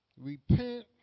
repent